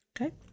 Okay